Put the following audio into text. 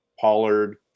Pollard